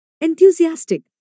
enthusiastic